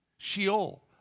Sheol